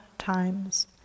Times